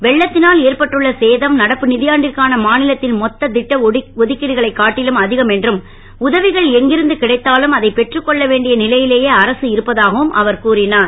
வெள்ளத்தினால் ஏற்பட்டுள்ள சேதம் நடப்பு நிதியாண்டிற்கான மாநிலத்தின் மொத்த திட்ட ஒதுக்கீடுகளை காட்டிலும் அதிகம் என்றும் உதவிகள் எங்கிருந்து கிடைத்தாலும் அதை பெற்றுக்கொள்ள வேண்டிய நிலையிலேயே அரசு இருப்பதாகவும் அவர் கூறினார்